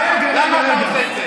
למה אתה עושה את זה?